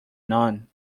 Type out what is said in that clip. none